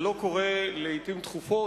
זה לא קורה לעתים תכופות,